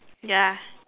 ya